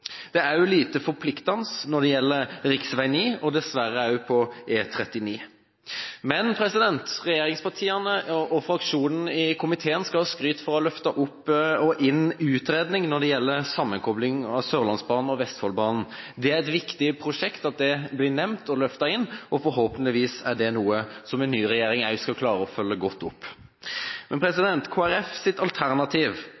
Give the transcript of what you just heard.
E39, er det lite som er forpliktende. Men regjeringspartiene og fraksjonen i komiteen skal ha skryt for å ha løftet opp og inn utredningen når det gjelder sammenkobling av Sørlandsbanen og Vestfoldbanen. Det er viktig at det prosjektet blir nevnt og løftet inn. Forhåpentligvis er det noe som også en ny regjering skal klare å følge godt opp. Men